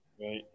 Right